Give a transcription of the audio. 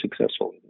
successful